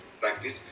practice